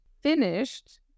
finished